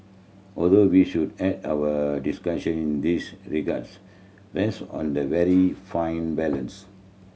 although we should add our discussion this regards rest on the very fine balance